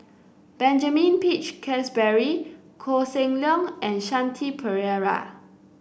Benjamin Peach Keasberry Koh Seng Leong and Shanti Pereira